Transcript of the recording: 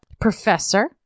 Professor